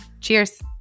Cheers